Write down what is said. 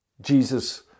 Jesus